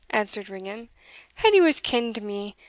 answered ringan edie was ken'd to me,